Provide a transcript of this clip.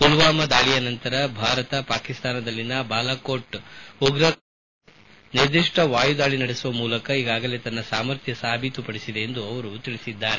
ಮಲ್ವಾಮಾ ದಾಳಿಯ ನಂತರ ಭಾರತ ಪಾಕಿಸ್ತಾನದಲ್ಲಿನ ಬಾಲಾಕೋಟ್ ಉಗ್ರರ ನೆಲೆ ಮೇಲೆ ನಿರ್ದಿಷ್ಟ ವಾಯುದಾಳಿ ನಡೆಸುವ ಮೂಲಕ ಈಗಾಗಲೇ ತನ್ನ ಸಾಮರ್ಥ್ಯವನ್ನು ಸಾಬೀತುಪಡಿಸಿದೆ ಎಂದು ಅವರು ಹೇಳಿದ್ದಾರೆ